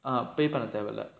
pay பண்ன தேவயில்ல:panna thevayilla